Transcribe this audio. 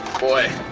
boy,